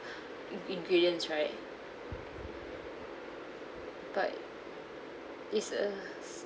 in ingredients right but is a